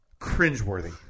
cringeworthy